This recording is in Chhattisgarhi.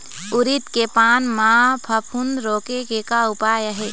उरीद के पान म फफूंद रोके के का उपाय आहे?